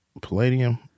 Palladium